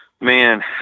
Man